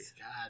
God